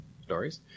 stories